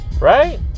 Right